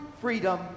freedom